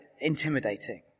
intimidating